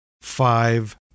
five